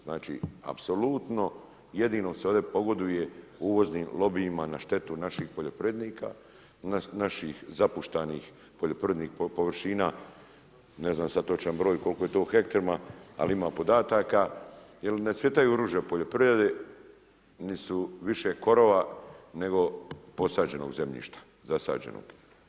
Znači apsolutno jedino se ovdje pogoduje uvoznim lobijima na štetu naših poljoprivrednika, naših zapuštanih poljoprivrednih površina, ne znam sad točan broj koliko je to u hektarima, ali ima podataka jer ne cvjetaju ruže u poljoprivredi, niti su više korova, nego posađenog zemljišta, zasađenog.